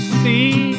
see